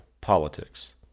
politics